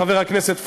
חבר הכנסת פריג',